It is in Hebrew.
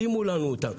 שימו לנו אותם.